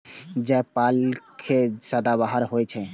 जायफल के पेड़ सदाबहार होइ छै